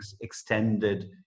extended